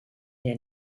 der